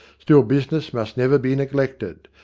still business must never be neglected,